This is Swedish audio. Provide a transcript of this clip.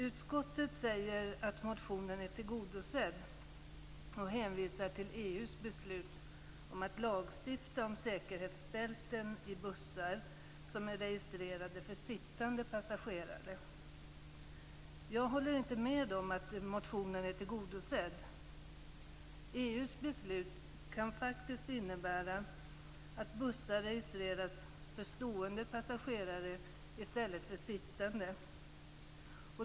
Utskottet säger att motionen är tillgodosedd och hänvisar till EU:s beslut om att lagstifta om säkerhetsbälten i bussar som är registrerade för sittande passagerare. Jag håller inte med om att motionen är tillgodosedd. EU:s beslut kan faktiskt innebära att bussar registreras för stående passagerare i stället för sittande.